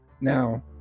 Now